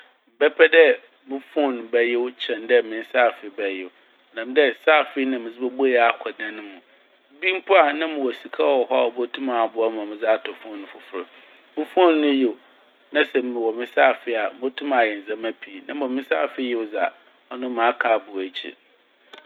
Mebɛpɛ dɛ mo fone bɛyew kyɛn dɛ me saafee bɛyew. Ɔnam dɛ saafee na medze bobuei akɔ dan mu. Bi mpo a na mowɔ sika wɔ hɔ a obotum aboa m' ma medze atɔ fofor. Mo fone ne yew na sɛ mowɔ me saafee a motum na mayɛ ndzɛmba pii. Na mbom me saafee yew dza ɔno maka abow ekyir.